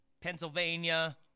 Pennsylvania